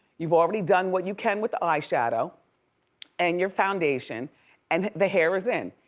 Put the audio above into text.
you've already done what you can with the eye shadow and your foundation and the hair is in.